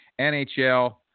NHL